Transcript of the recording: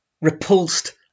repulsed